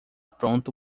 pronto